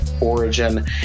origin